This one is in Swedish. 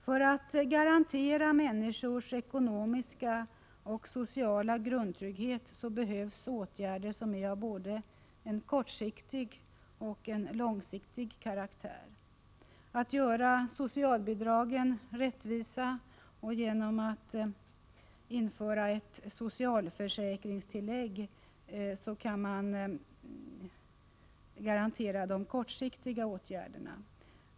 För att garantera människors ekonomiska och sociala grundtrygghet behövs åtgärder som är av både kortsiktig och långsiktig karaktär. Genom att göra socialbidragen rättvisa och införa ett socialförsäkringstillägg kan man garantera de kortsiktiga åtgärderna.